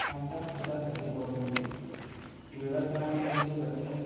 పంట కూడా తగ్గిపోతుంది ఈ వ్యవసాయం నుంచి వచ్చే